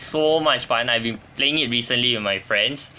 so much fun I've been playing it recently with my friends